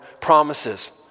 promises